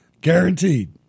Guaranteed